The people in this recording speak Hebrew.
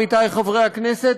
עמיתי חברי הכנסת,